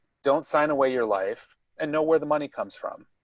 don't sign away your life and know where the money comes from.